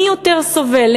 מי יותר סובל,